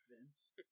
Vince